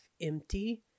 empty